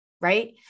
right